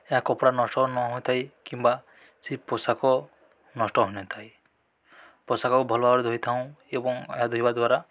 ଏହା କପଡ଼ା ନଷ୍ଟ ନ ହୋଇଥାଏ କିମ୍ବା ସେ ପୋଷାକ ନଷ୍ଟ ହୋଇନଥାଏ ପୋଷାକକୁ ଭଲ ଭାବରେ ଧୋଇଥାଉଁ ଏବଂ ଏହା ଧୋଇବା ଦ୍ୱାରା